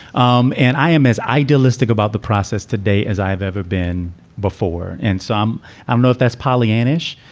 um and i am as idealistic about the process today as i've ever been before. and some i'm not. that's pollyannish,